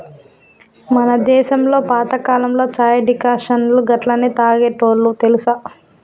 మన దేసంలో పాతకాలంలో చాయ్ డికాషన్ను గట్లనే తాగేటోల్లు తెలుసా